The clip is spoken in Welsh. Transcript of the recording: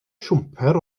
siwmper